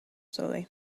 slowly